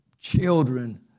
Children